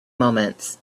moments